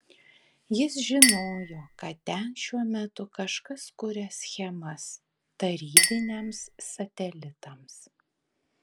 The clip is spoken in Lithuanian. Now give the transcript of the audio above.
jis žinojo kad ten šiuo metu kažkas kuria schemas tarybiniams satelitams